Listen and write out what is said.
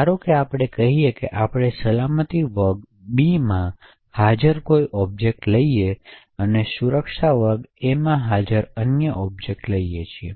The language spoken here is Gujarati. ધારો કે આપણે કહી શકીએ કે આપણે સલામતી વર્ગ બીમાં હાજર કોઈ ઑબ્જેક્ટ લઈએ છીએ અને સુરક્ષા વર્ગ A માં હાજર અન્ય ઓબ્જેક્ટ લઈએ છીએ